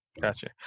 Gotcha